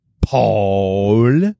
Paul